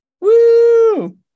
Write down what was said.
Woo